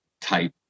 type